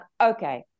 okay